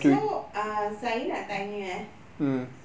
so uh saya nak tanya eh